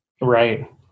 Right